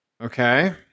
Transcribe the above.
Okay